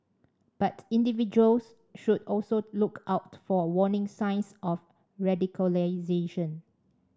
but individuals should also look out for warning signs of radicalisation